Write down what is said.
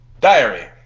Diary